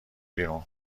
بیرون